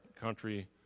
country